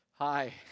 Hi